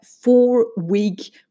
four-week